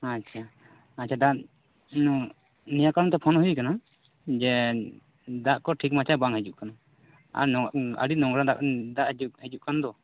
ᱟᱪᱪᱷᱟ ᱟᱪᱪᱷᱟ ᱰᱟᱱ ᱱᱤᱭᱟᱹ ᱠᱟᱨᱚᱱᱛᱮ ᱯᱷᱳᱱ ᱦᱩᱭᱟᱠᱟᱱᱟ ᱡᱮ ᱫᱟᱜ ᱠᱚ ᱴᱷᱤᱠ ᱢᱟᱪᱷᱟ ᱵᱟᱝ ᱦᱤᱡᱩᱜ ᱠᱟᱱᱟ ᱟᱨ ᱟᱹᱰᱤ ᱱᱚᱝᱨᱟ ᱫᱟᱜ ᱫᱟᱜ ᱦᱤᱡᱩᱜ ᱦᱤᱡᱩᱜ ᱠᱟᱱ ᱫᱚ